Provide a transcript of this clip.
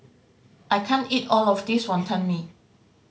I can't eat all of this Wonton Mee